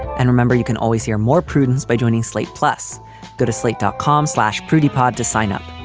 and remember, you can always hear more prudence by joining slate plus go to slate dot com slash pretty pod to sign up.